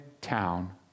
town